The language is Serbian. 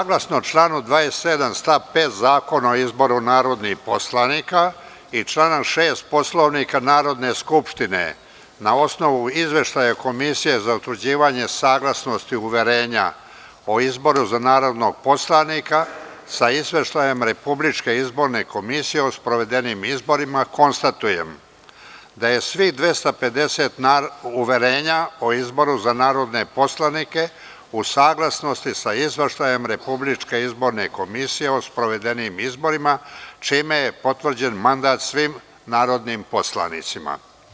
Saglasno članu 27. stav 5. Zakona o izboru narodnih poslanika i člana 6. Poslovnika Narodne skupštine, na osnovu izveštaja Komisije za utvrđivanje saglasnosti uverenja o izboru za narodnog poslanika sa Izveštajem Republičke izborne komisije o sprovedenim izborima, konstatujem da je svih 250 uverenja o izboru za narodne poslanike u saglasnosti sa Izveštajem Republičke izborne komisije o sprovedenim izborima, čime je potvrđen mandat svim narodnim poslanicima.